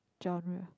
genre